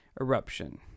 eruption